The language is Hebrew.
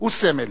הוא סמל,